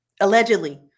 Allegedly